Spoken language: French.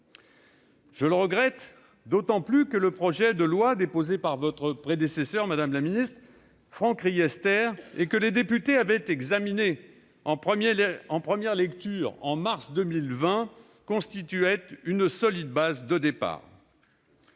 Je le regrette d'autant plus que le projet de loi déposé par votre prédécesseur, M. Franck Riester, madame la ministre, que les députés avaient examiné en première lecture en mars 2020, constituait une solide base de départ.